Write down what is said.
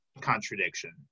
contradiction